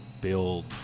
build